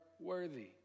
worthy